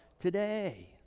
today